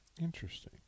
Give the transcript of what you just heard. Interesting